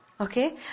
Okay